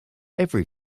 every